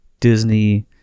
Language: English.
Disney